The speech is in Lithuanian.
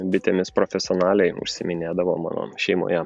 bitėmis profesionaliai užsiiminėdavo mano šeimoje